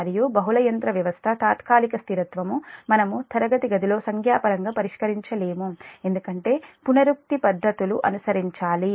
మరియు బహుళ యంత్ర వ్యవస్థ తాత్కాలిక స్థిరత్వం మనము తరగతి గదిలో సంఖ్యాపరంగా పరిష్కరించలేము ఎందుకంటే పునరుక్తి పద్ధతులు అనుసరించాలి